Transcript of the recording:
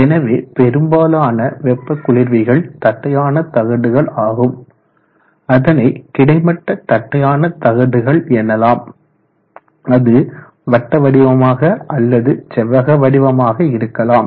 எனவே பெரும்பாலான வெப்ப குளிர்விகள் தட்டையான தகடுகள் ஆகும் அதனை கிடைமட்ட தட்டையான தகடுகள் எனலாம் அது வட்ட வடிவமாக அல்லது செவ்வக வடிவமாக இருக்கலாம்